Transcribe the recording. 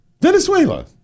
Venezuela